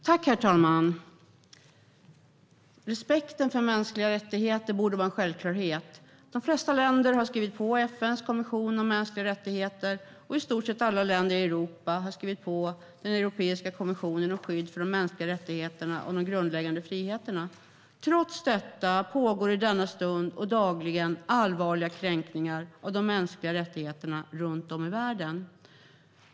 Herr talman! Respekt för de mänskliga rättigheterna borde vara en självklarhet. De flesta länder har skrivit på FN:s konvention om mänskliga rättigheter, och i stort sett alla länder i Europa har skrivit på den europeiska konventionen om skydd för de mänskliga rättigheterna och de grundläggande friheterna. Trots detta pågår i denna stund och dagligen allvarliga kränkningar av de mänskliga rättigheterna runt om i världen.